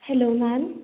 hello ma'am